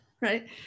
right